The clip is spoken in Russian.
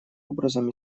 образом